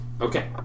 Okay